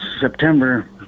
September